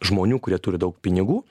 žmonių kurie turi daug pinigų